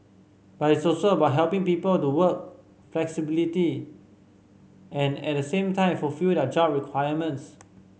but it's also about helping people to work flexibly and at the same time fulfil their job requirements